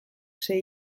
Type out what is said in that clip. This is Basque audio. sei